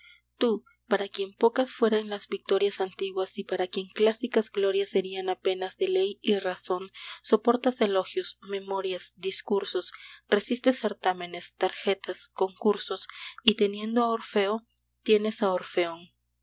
tú para quien pocas fueran las victorias antiguas y para quien clásicas glorias serían apenas de ley y razón soportas elogios memorias discursos resistes certámenes tarjetas concursos y teniendo a orfeo tienes a orfeón